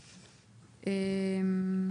לפי סעיף 131 לפקודה יימחק.